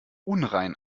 unrein